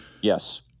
Yes